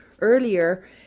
earlier